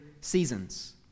seasons